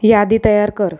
यादी तयार कर